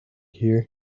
here